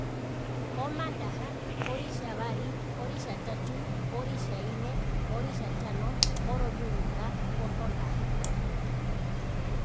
Omandaha, oritjavari, otjitjatatu, oritjaine, oritjatano, oroviungura, osondaha.